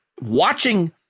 watching